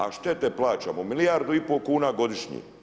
A štete plaćamo milijardu i pol kuna godišnje.